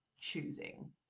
choosing